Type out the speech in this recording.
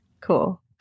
cool